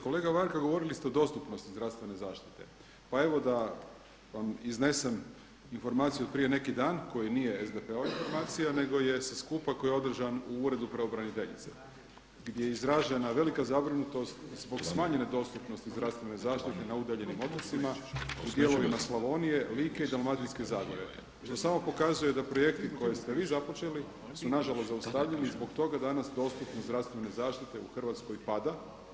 Kolega Varga govorili ste o dostupnosti zdravstvene zaštite pa evo da vam iznesem informaciju od prije neki dan koja nije SDP-ova informacija nego je sa skupa koji je održan u Uredu pravobraniteljice gdje je izražena velika zabrinutost zbog smanjenje dostupnosti zdravstvene zaštite na udaljenim otocima, dijelovima Slavonije, Like i Dalmatinske zagore gdje samo pokazuje da projekti koje ste vi započeli su nažalost zaustavljeni, zbog toga danas dostupnost zdravstvene zaštite u Hrvatskoj pada.